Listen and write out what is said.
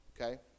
Okay